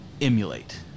emulate